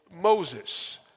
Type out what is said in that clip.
Moses